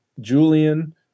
Julian